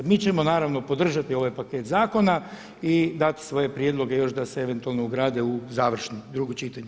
Mi ćemo naravno podržati ovaj paket zakona i dati svoje prijedloge još da se eventualno ugrade u završno drugo čitanje.